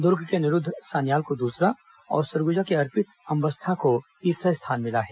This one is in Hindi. दूर्ग के अनिरूद्ध सान्याल को दूसरा और सरगुजा के अर्पित अंबस्था को तीसरा स्थान मिला है